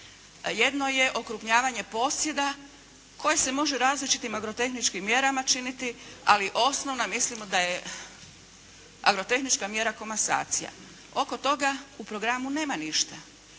Jedno je okrupnjavanje posjeda koje se može različitim agrotehničkim mjerama činiti, ali osnovna mislimo da je agrotehnička mjera komasacija. Oko toga u programu nema ništa.